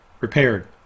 repaired